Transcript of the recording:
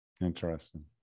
interesting